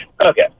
Okay